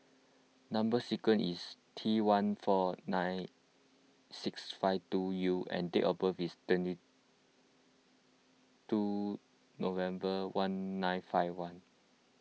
Number Sequence is T one four nine six five two U and date of birth is twenty two November one nine five one